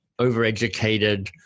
overeducated